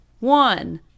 One